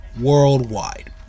worldwide